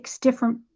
different